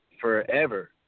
forever